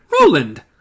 Roland